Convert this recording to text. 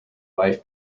wife